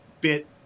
bit